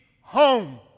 home